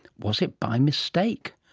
was it by mistake?